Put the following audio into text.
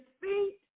feet